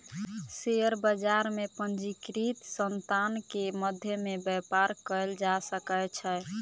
share बजार में पंजीकृत संतान के मध्य में व्यापार कयल जा सकै छै